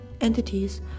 entities